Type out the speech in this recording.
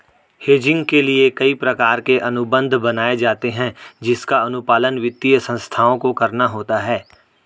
hedging के लिए कई प्रकार के अनुबंध बनाए जाते हैं जिसका अनुपालन वित्तीय संस्थाओं को करना होता है